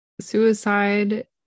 suicide